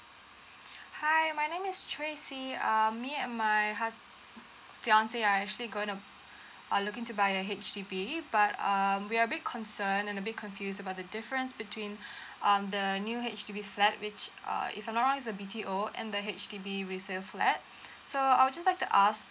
hi my name is tracey um me and my hus~ fiancé are actually going to are looking to buy a H_D_B but um we're a bit concern and a bit confused about the difference between um the new H_D_B flat which uh if I'm not wrong is a B_T_O and the H_D_B resale flat so I'll just like to ask